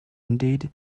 indeed